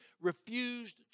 refused